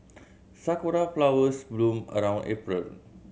sakura flowers bloom around April